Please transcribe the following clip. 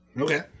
Okay